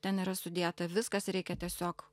ten yra sudėta viskas reikia tiesiog